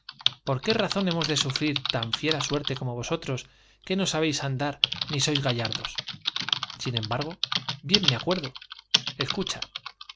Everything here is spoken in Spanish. por qué razón hemos de sufrir tan fiera suerte como vosotros que no sabéis andar ni sois gallardos sin embargo j bien me acuerdo escucha